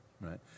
right